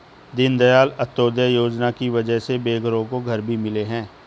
दीनदयाल अंत्योदय योजना की वजह से बेघरों को घर भी मिले हैं